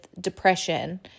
depression